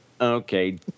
Okay